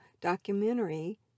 documentary